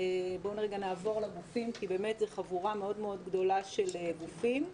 בואו נעבור לגופים כי זאת חבורה מאוד מאוד גדולה של גופים.